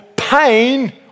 Pain